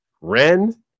Ren